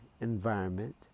environment